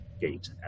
gate